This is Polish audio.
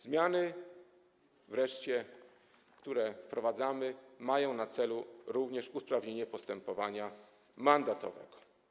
Zmiany wreszcie, które wprowadzamy, mają na celu usprawnienie postępowania mandatowego.